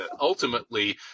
ultimately